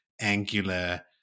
angular